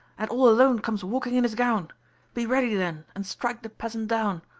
and all alone comes walking in his gown be ready, then, and strike the peasant down.